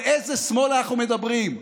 על איזה שמאל אנחנו מדברים?